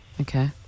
okay